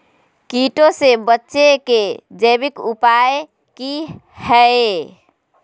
कीटों से बचे के जैविक उपाय की हैय?